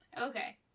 Okay